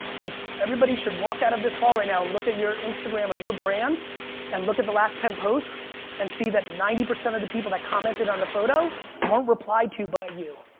like everybody should walk out of this hall right now and look at your instagram of your brand and look at the last ten posts and see that ninety percent of the people that commented on the photo weren't replied to by you.